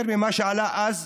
יותר ממה שעלה אז.